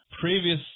Previous